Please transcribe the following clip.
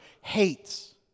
hates